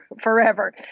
forever